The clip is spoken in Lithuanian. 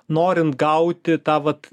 norint gauti tą vat